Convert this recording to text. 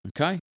okay